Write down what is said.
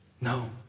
No